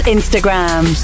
Instagram